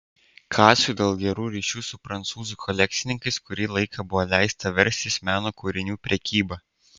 kacui dėl gerų ryšių su prancūzų kolekcininkais kurį laiką buvo leista verstis meno kūrinių prekyba